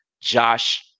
Josh